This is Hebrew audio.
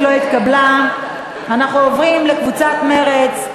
תמיכות שונות, לשנת 2013. קבוצת חד"ש.